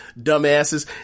Dumbasses